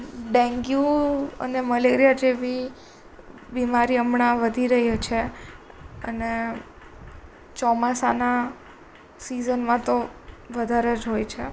dengue અને malaria જેવી બીમારી હમણાં વધી રહ્યું છે અને ચોમાસાના સિઝનમાં તો વધારે જ હોય છે